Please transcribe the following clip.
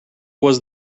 was